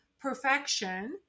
perfection